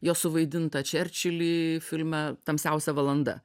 jo suvaidinta čerčilį filme tamsiausia valanda